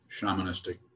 shamanistic